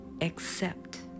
accept